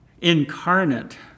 incarnate